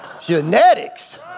genetics